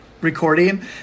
recording